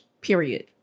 period